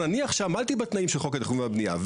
אני עכשיו עמדתי בתנאים של חוק התכנון והבנייה,